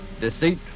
Deceit